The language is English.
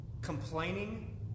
complaining